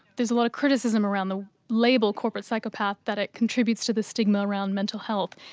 there's a lot of criticism around the label corporate psychopath that it contributes to the stigma around mental health,